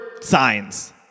signs